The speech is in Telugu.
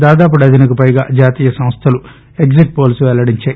దాదాపు డజనుకు పైగా జాతీయ సంస్థలు ఎగ్జిట్ పోల్స్ పెల్లడించాయి